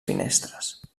finestres